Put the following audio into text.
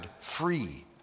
free